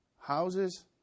houses